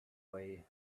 way